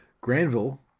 Granville